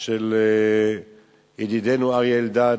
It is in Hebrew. של ידידנו אריה אלדד,